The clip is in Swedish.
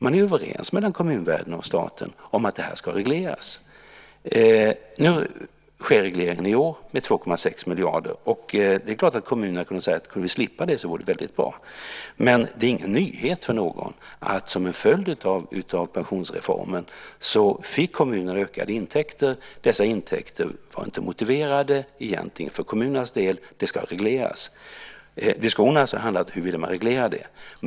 Man är överens mellan kommunvärlden och staten om att det ska regleras. I år sker regleringen med 2,6 miljarder. Kommunerna kunde ju säga att det vore bra om vi kunde slippa det. Det är ingen nyhet för någon att kommunerna som en följd av pensionsreformen fick ökade intäkter. Dessa intäkter var egentligen inte motiverade för kommunernas del. De ska regleras. Diskussionerna har alltså handlat om hur man ville reglera det.